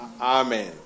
Amen